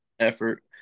effort